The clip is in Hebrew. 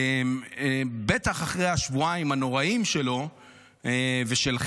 בטח אחרי השבועיים הנוראיים שלו ושלכם,